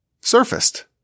surfaced